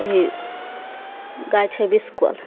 अभी गाय छै बिसकल